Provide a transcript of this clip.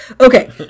Okay